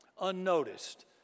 unnoticed